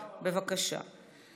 בבקשה.